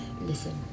Listen